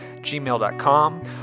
gmail.com